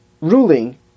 ruling